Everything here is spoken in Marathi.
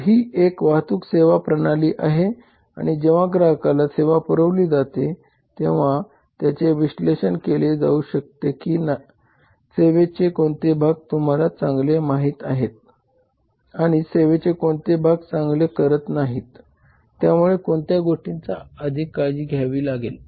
तर ही एक वाहतूक सेवा प्रणाली आहे आणि जेव्हा ग्राहकाला सेवा पुरवली जाते तेंव्हा याचे विश्लेषण केले जाऊ शकते की सेवेचे कोणते भाग तुम्हाला चांगले माहित आहेत आणि सेवेचे कोणते भाग चांगले करत नाहीत त्यामुळे कोणत्या गोष्टींची अधिक काळजी घ्यावी लागेल